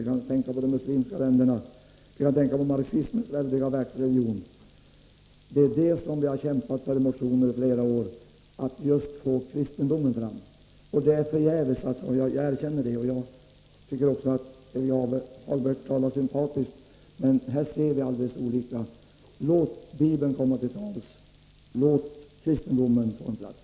Vi kan tänka på de muslimska länderna. Vi kan tänka på marxismens väldiga världsreligion. Det är detta vi i flera år har kämpat för i motioner — att få fram just kristendomen. Men jag erkänner att vi har kämpat förgäves. Jag tycker att Helge Hagberg talar på ett sympatiskt sätt, men vi ser alldeles olika på dessa frågor. Låt Bibeln komma till tals. Låt kristendomen få en plats!